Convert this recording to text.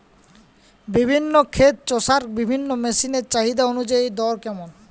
বর্তমানে ক্ষেত চষার বিভিন্ন মেশিন এর চাহিদা অনুযায়ী দর কেমন?